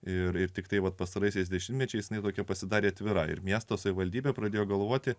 ir ir tiktai vat pastaraisiais dešimtmečiais ne tokia pasidarė atvira ir miesto savivaldybė pradėjo galvoti